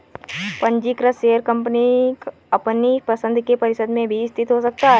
पंजीकृत share company अपनी पसंद के परिसर में भी स्थित हो सकता है